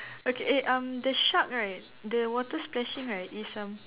okay um the shark right the water splashing right is erm